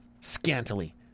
scantily